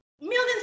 Millions